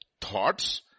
thoughts